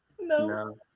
No